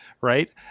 right